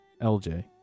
LJ